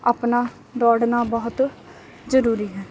ਆਪਣਾ ਦੌੜਨਾ ਬਹੁਤ ਜ਼ਰੂਰੀ ਹੈ